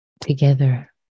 together